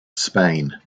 spain